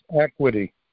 equity